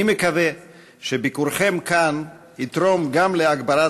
אני מקווה שביקורכם כאן יתרום להגברת